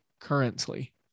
currently